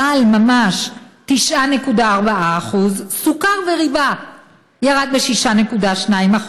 רעל ממש, 9.4%; סוכר וריבה ירדו ב-6.2%.